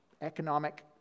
economic